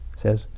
says